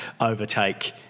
overtake